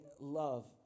love